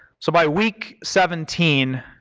so by week seventeen